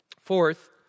Fourth